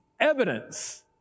evidence